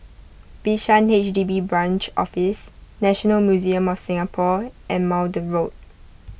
Bishan H D B Branch Office National Museum of Singapore and Maude Road